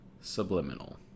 subliminal